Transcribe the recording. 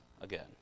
again